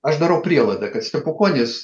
aš darau prielaidą kad stepukonis